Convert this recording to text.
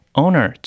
owner